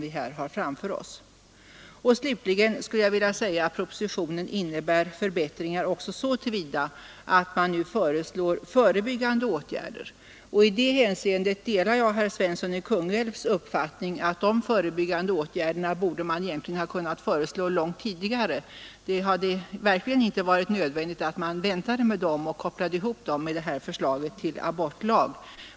Slutligen anser jag att propositionen innebär förbättringar också så till vida som man föreslår förebyggande åtgärder. I det hänseendet delar jag emellertid herr Svenssons i Kungälv uppfattning att de förebyggande åtgärderna borde ha kunnat föreslås långt tidigare. Det hade verkligen inte varit nödvändigt att vänta med dem och koppla ihop dem med förslaget till abortlag.